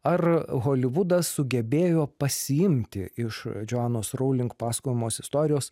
ar holivudas sugebėjo pasiimti iš džoanos rowling pasakojamos istorijos